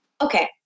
Okay